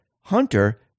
Hunter